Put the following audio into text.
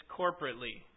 corporately